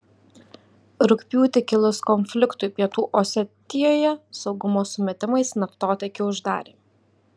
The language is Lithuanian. rugpjūtį kilus konfliktui pietų osetijoje saugumo sumetimais naftotiekį uždarė